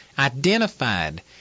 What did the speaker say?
identified